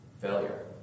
failure